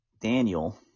Daniel